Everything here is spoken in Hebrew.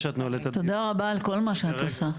תודה רבה על כל מה שאת עושה.